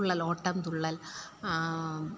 Thullal Ottamthullal